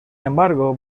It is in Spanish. embargo